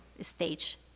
stage